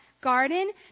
garden